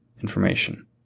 information